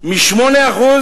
מ-8%